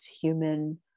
human